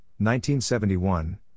1971